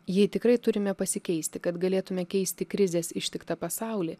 jai tikrai turime pasikeisti kad galėtume keisti krizės ištiktą pasaulį